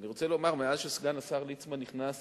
אני רוצה לומר שמאז שסגן השר ליצמן נכנס